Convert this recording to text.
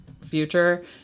future